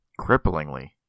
Cripplingly